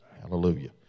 Hallelujah